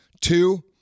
Two